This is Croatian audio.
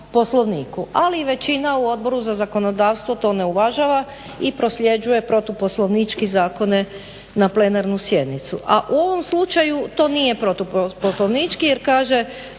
ali većina u Odboru za zakonodavstvo to ne uvažava i prosljeđuje protuposlovnički zakone na plenarnu sjednicu. A u ovom slučaju to nije protuposlovnički jer kaže